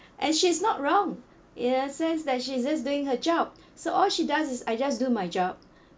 and she is not wrong it says that she's just doing her job so all she does is I just do my job